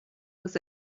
was